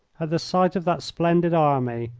at the sight of that splendid army,